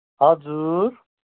हजुर